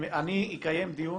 אני אקיים דיון